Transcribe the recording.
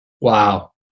Wow